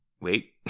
wait